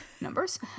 numbers